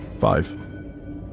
Five